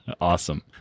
Awesome